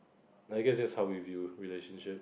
like I guess is how we feel relationship